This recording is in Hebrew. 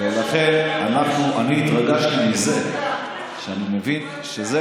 ולכן אני התרגשתי מזה שאני מבין שזה